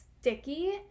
sticky